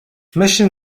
mission